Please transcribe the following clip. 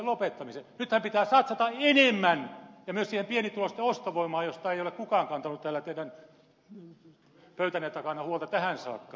nythän pitää satsata enemmän ja myös siihen pienituloisten ostovoimaan josta ei ole kukaan kantanut täällä teidän pöytänne takana huolta tähän saakka